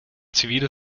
zivile